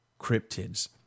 cryptids